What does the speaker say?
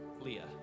Leah